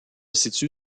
situe